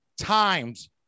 times